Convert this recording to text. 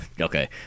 okay